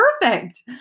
Perfect